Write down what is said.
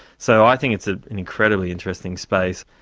so i think it's ah an incredibly interesting space,